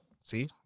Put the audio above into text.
See